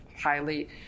highly